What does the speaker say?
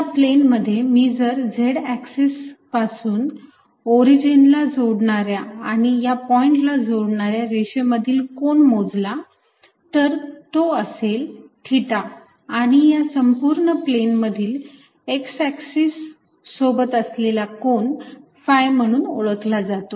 या प्लेनमध्ये मी जर z एक्सिस पासून ओरिजिनला जोडणाऱ्या आणि या पॉइंटला जोडणाऱ्या रेषे मधील कोन मोजला तर तो असेल थिटा आणि या संपूर्ण प्लेन मधील X एक्सिस सोबत असलेला कोन phi म्हणून ओळखला जातो